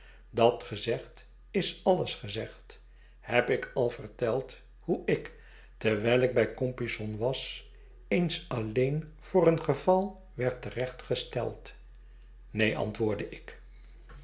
dat gezegd is alles gezegd heb ik al verteld hoe ik terwijl ik bij compeyson was eens alleen voor een geval werd terecht gesteld neen antwoordde ik